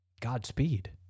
Godspeed